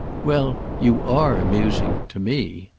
well, you are amusing to me.